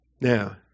Now